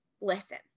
Listen